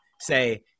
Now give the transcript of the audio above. say